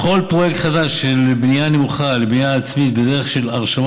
בכל פרויקט חדש של בנייה נמוכה לבנייה עצמית בדרך של הרשמה